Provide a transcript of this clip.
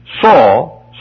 saw